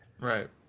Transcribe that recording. Right